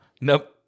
nope